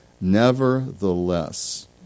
Nevertheless